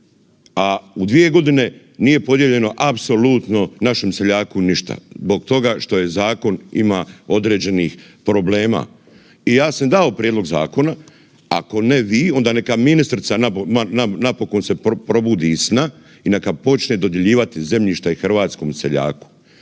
a u 2.g. nije podijeljeno apsolutno našem seljaku ništa zbog toga što zakon ima određenih problema. I ja sam dao prijedlog zakona, ako ne vi onda neka ministrica napokon se probudi iz sna i neka počne dodjeljivati zemljište hrvatskom seljaku.